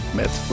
met